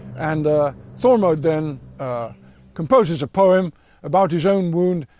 and thormod then composes a poem about his own wound,